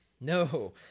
no